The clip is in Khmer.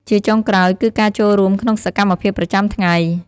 ជាចុងក្រោយ គឺ ការចូលរួមក្នុងសកម្មភាពប្រចាំថ្ងៃ ។